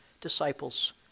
disciples